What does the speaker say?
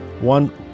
one